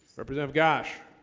represent of gosh